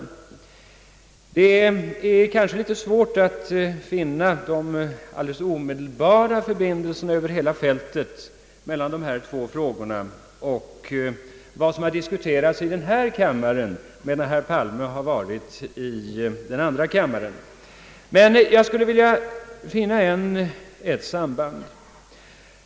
Det är litet svårt att finna de omedelbara förbindelserna över hela fältet mellan dessa två frågor och vad som har diskuterats i denna kammare medan herr Palme har varit i den andra kammaren. Men jag skulle vilja finna ett samband.